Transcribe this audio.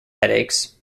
headaches